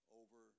over